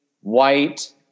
White